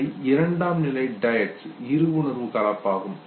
இவை இரண்டாம் நிலை டயட்ஸ் இருவுணர்வு கலப்பு ஆகும்